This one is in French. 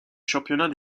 championnat